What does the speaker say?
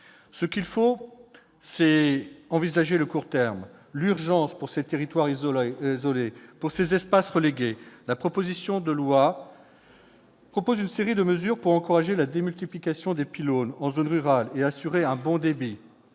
Ce qu'il faut, c'est envisager le court terme, l'urgence, pour ces territoires isolés, pour ces espaces relégués. La proposition de loi contient une série de mesures pour encourager la démultiplication des pylônes en zone rurale et assurer un bon débit